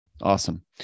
Awesome